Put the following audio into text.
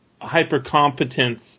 hyper-competence